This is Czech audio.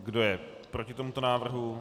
Kdo je proti tomuto návrhu?